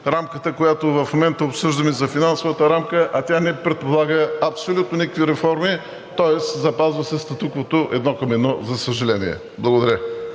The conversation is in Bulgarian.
рамката, която в момента обсъждаме – финансовата рамка, а тя не предполага абсолютно никакви реформи, тоест запазва се статуквото едно към едно, за съжаление. Благодаря.